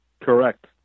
Correct